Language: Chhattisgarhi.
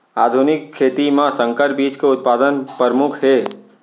आधुनिक खेती मा संकर बीज के उत्पादन परमुख हे